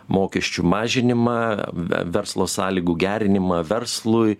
mokesčių mažinimą verslo sąlygų gerinimą verslui